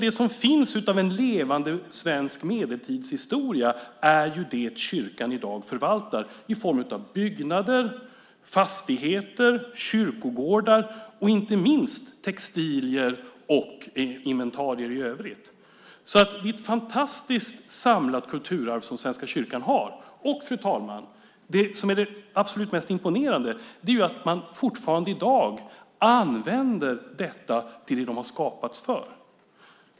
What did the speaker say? Det som egentligen finns av en levande svensk medeltidshistoria är det som kyrkan i dag förvaltar i form av byggnader, fastigheter, kyrkogårdar och inte minst textilier och inventarier i övrigt. Det är alltså ett fantastiskt samlat kulturarv som Svenska kyrkan har och, fru talman, det som är det absolut mest imponerande är att man fortfarande i dag använder detta till det som det har skapats för.